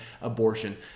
abortion